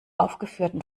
aufgeführten